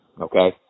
Okay